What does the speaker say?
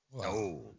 No